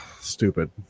stupid